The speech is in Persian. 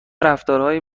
رفتارهایی